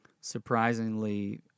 surprisingly